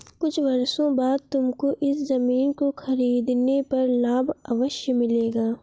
कुछ वर्षों बाद तुमको इस ज़मीन को खरीदने पर लाभ अवश्य मिलेगा